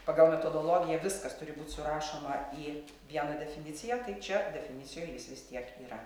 pagal metodologiją viskas turi būt surašoma į vieną definiciją tai čia definicijoj jis vis tiek yra